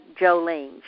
Jolene